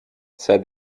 said